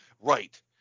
Right